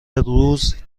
روز